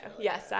Yes